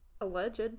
alleged